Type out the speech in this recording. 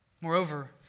Moreover